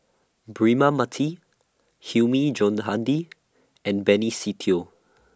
Braema Mathi Hilmi Johandi and Benny Se Teo